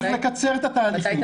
צריך לקצר את התהליכים.